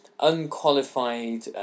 unqualified